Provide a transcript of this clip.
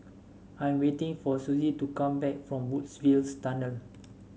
I am waiting for Suzy to come back from Woodsville Tunnel